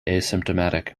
asymptomatic